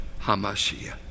Hamashiach